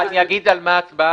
אני אגיד על מה הצבעה.